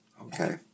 Okay